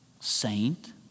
saint